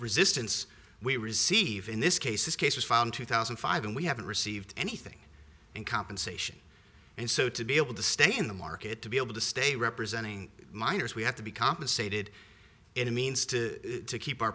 resistance we receive in this case this case was found two thousand and five and we haven't received anything in compensation and so to be able to stay in the market to be able to stay representing minors we have to be compensated in a means to keep our